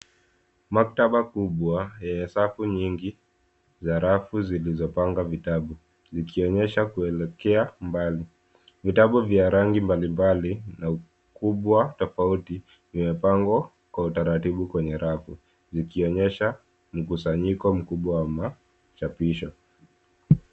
Maktaba kubwa yenye safu nyingi za rafu zilizopangwa vitabu zikionyesha kuelekea mbali. Vitabu vya rangi mbalimbali na ukubwa tofauti vimepangwa kwa utaratibu kwenye rafu zikionyesha mkusanyiko mkubwa wa machapisho.